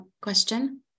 question